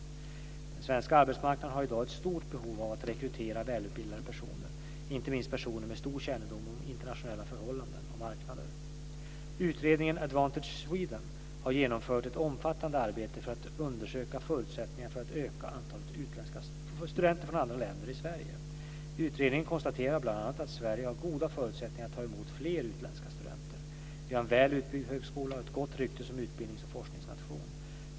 Den svenska arbetsmarknaden har i dag ett stort behov av att rekrytera välutbildade personer, inte minst personer med stor kännedom om internationella förhållanden och marknader. Utredningen Advantage Sweden - Insatser för ökad rekrytering av utländska studenter till den svenska högskolan har genomfört ett omfattande arbete för att undersöka förutsättningarna för att öka antalet studenter från andra länder i Sverige. Utredningen konstaterar bl.a. att Sverige har goda förutsättningar att ta emot fler utländska studenter. Vi har en väl utbyggd högskola och ett gott rykte som utbildnings och forskningsnation.